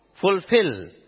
Fulfill